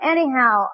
Anyhow